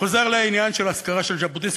חוזר לעניין של האזכרה לז'בוטינסקי,